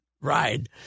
ride